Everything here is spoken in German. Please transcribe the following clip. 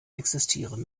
existieren